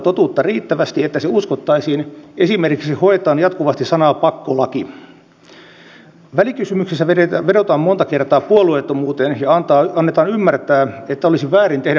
jo ennen pariisin iskuja hallitus käynnisti kolme erillistä lainsäädäntöhanketta tavoitteena vastata paremmin kansallisen turvallisuuden uhkiin ja mahdollistaa kattavampi ulkomaantiedustelu ja tietoliikennetiedustelu turvallisuudesta vastaaville viranomaisille